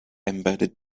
embedded